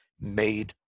made